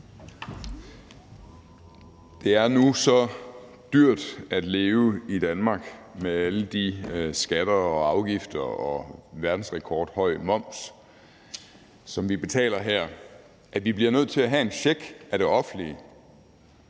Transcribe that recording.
Det er nu så dyrt at leve i Danmark med alle de skatter og afgifter og en verdensrekordhøj moms, som vi betaler her, at vi bliver nødt til at have en check af det offentlige,